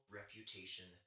reputation